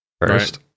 first